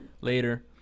later